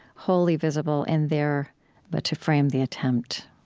wholly visible and there but to frame the attempt.